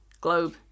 globe